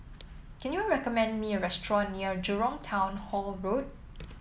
can you recommend me a restaurant near Jurong Town Hall Road